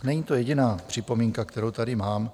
Není to jediná připomínka, kterou tady mám.